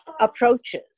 approaches